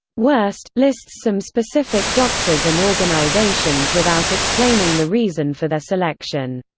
worst lists some specific doctors and organizations without explaining the reason for their selection.